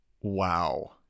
Wow